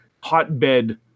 hotbed